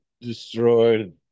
destroyed